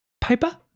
paper